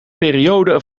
periode